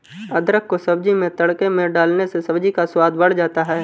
अदरक को सब्जी में तड़के में डालने से सब्जी का स्वाद बढ़ जाता है